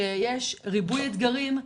שיש ריבוי אתגרים,